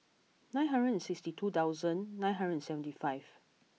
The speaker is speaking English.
nine hundred and sixty two thousand nine hundred and seventy five